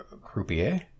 Croupier